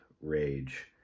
rage